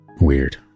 Weird